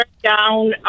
down